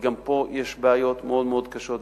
כי גם פה יש בעיות מאוד מאוד קשות.